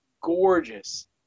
gorgeous